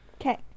Okay